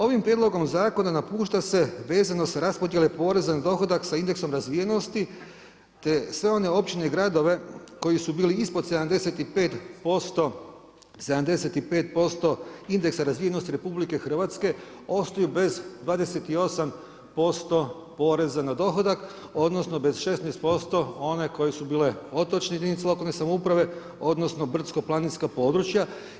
Ovim prijedlogom zakona napušta se vezano sa raspodjele poreza na dohodak sa indeksom razvijenosti te sve one općine i gradove koji su bili ispod 75% indeksa razvijenosti RH ostaju bez 28% poreza na dohodak, odnosno bez 16% one koje su bile otočne jedinice lokalne samouprave odnosno brdsko-planinska područja.